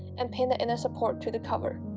and pin the inner support to the cover